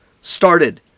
started